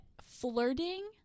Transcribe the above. flirting